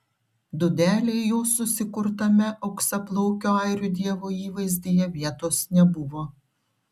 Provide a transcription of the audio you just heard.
dūdelei jos susikurtame auksaplaukio airių dievo įvaizdyje vietos nebuvo